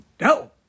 No